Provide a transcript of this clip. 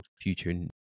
future